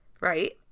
Right